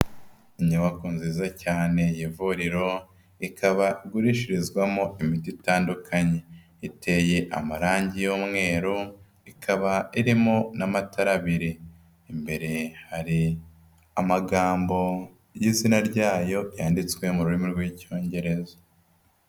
Inyubako nziza cyane y'ivuriro, ikaba igurishirizwamo imiti itandukanye, iteye amarange y'umweru, ikaba irimo n'amatara abiri, imbere hari amagambo y'izina rya yo yanditswe mu rurimi rw'Icyongereza.